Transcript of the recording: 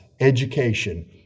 education